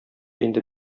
инде